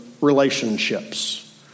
relationships